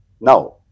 Now